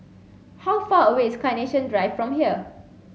how far away is Carnation Drive from here